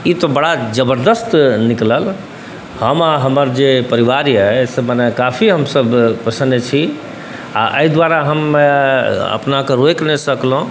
ई तऽ बड़ा जबरदस्त निकलल हम आओर हमर जे परिवार अइ से मने काफी हमसब प्रसन्न छी आओर एहि दुआरे हम अपनाके रोकि नहि सकलहुँ